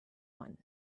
one